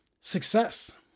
Success